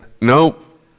Nope